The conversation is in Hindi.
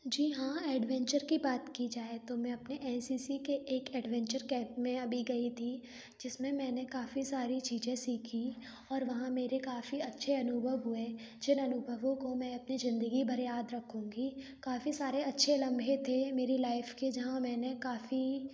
जी हाँ एडवेंचर की बात की जाए तो मैं अपने एन सी सी के एक एडवेंचर कैंप में अभी गई थी जिसमें मैंने काफी सारी चीजें सीखीं और वहाँ मेरे काफी अच्छे अनुभव हुए जिन अनुभवों को मैं अपनी जिंदगी भर याद रखूँगी काफी सारे अच्छे लम्हे थे मेरी लाइफ के जहाँ मैंने काफी